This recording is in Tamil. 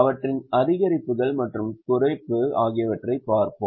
அவற்றின் அதிகரிப்புகள் மற்றும் குறைப்பு ஆகியவற்றைப் பார்ப்போம்